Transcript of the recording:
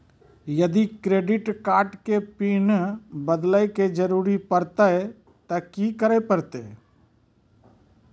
यदि credit card के pin बदले के जरूरी परतै ते की करे परतै?